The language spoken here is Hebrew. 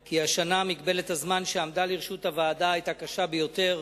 כי מגבלת הזמן שעמד לרשות הוועדה השנה היתה קשה ביותר,